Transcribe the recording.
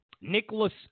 Nicholas